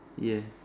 ya